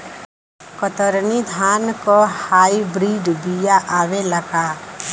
कतरनी धान क high breed बिया आवेला का?